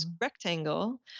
rectangle